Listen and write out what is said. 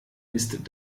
ist